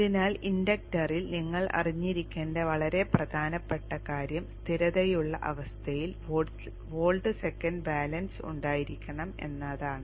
അതിനാൽ ഇൻഡക്ടറിൽ നിങ്ങൾ അറിഞ്ഞിരിക്കേണ്ട വളരെ പ്രധാനപ്പെട്ട കാര്യം സ്ഥിരതയുള്ള അവസ്ഥയിൽ വോൾട്ട് സെക്കൻഡ് ബാലൻസ് ഉണ്ടായിരിക്കണം എന്നതാണ്